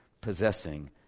possessing